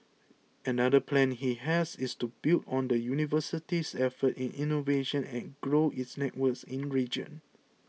another plan he has is to build on the university's efforts in innovation and grow its networks in the region